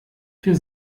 wir